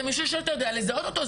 זה מי שאתה יודע לזהות אותו,